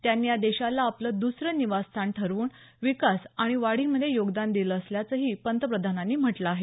त्यांनी या देशाला आपलं दसरं निवासस्थान ठरवून विकास आणि वाढीमध्ये योगदान दिलं असल्याचंही पंतप्रधानांनी म्हटलं आहे